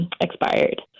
expired